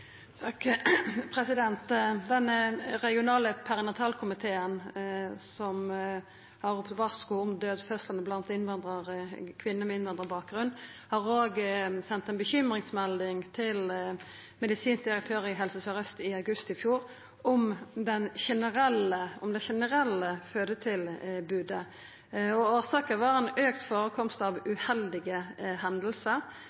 Den regionale perinatale komité, som har ropt varsku om daudfødslane blant kvinner med innvandrarbakgrunn, sende òg ei bekymringsmelding til den medisinske direktøren i Helse Sør-Aust i august i fjor om det generelle fødetilbodet. Årsaken var ein auka førekomst av